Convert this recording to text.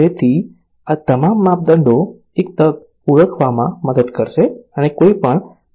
તેથી આ તમામ માપદંડો તક ઓળખવામાં મદદ કરશે અને કોઈપણ આ તક ઓળખનો લાભ લઈ શકે છે